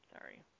sorry